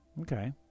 Okay